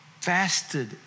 fasted